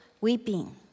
weeping